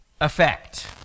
effect